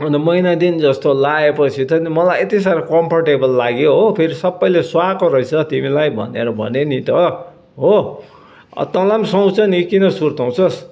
अन्त महिना दिनजस्तो लगाएपछि त मलाई यति साह्रो कम्फोर्टेबल लाग्यो हो फेरि सबैले सुहाएको रहेछ तिमीलाई भनेर भन्यो नि त हो तँलाई पनि सुहाउँछ नि किन सुर्ताउँछस्